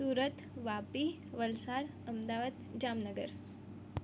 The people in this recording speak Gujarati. પાંચ છ બે હજાર ચોવીસ ત્રણ બે હજાર એકવીસ સાત આઠ બે હજાર વીસ દસ બાર બે હજાર ઓગણીસ